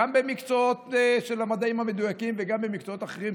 גם במקצועות של מדעים מדויקים וגם במקצועות אחרים,